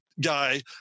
guy